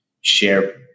share